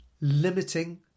limiting